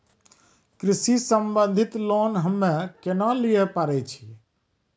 कृषि संबंधित लोन हम्मय केना लिये पारे छियै?